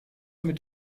mit